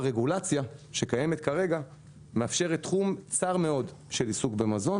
הרגולציה שקיימת היום מאפשרת תחום צר מאוד של עיסוק במזון.